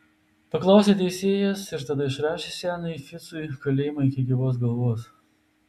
paklausė teisėjas ir tada išrašė seniui ficui kalėjimą iki gyvos galvos